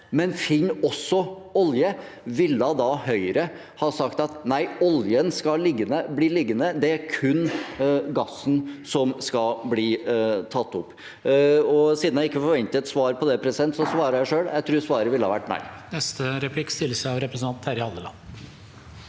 også finner olje, ville Høyre da ha sagt nei, oljen skal bli liggende, det er kun gassen som skal bli tatt opp? Siden jeg ikke forventer et svar på det, svarer jeg selv: Jeg tror svaret ville ha vært nei.